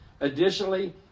Additionally